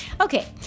Okay